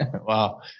Wow